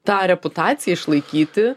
tą reputaciją išlaikyti